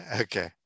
Okay